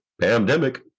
Pandemic